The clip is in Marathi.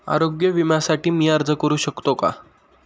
आरोग्य विम्यासाठी मी अर्ज करु शकतो का?